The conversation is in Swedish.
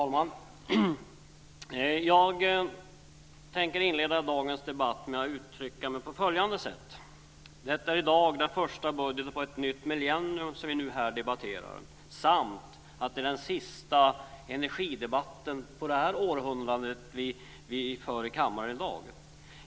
Fru talman! Jag tänker inleda mitt anförande med att uttrycka mig på följande sätt. I dag debatterar vi den första budgeten på ett nytt millennium samtidigt som det är den sista energidebatten under det här århundradet i kammaren.